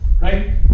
Right